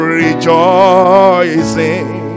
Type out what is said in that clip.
rejoicing